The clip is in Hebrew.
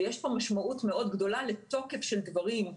ויש פה משמעות מאוד גדולה לתוקף של דברים,